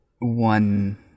one